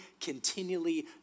continually